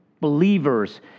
believers